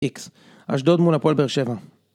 אשדוד מול הפועל באר שבע